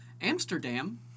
Amsterdam